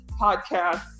podcasts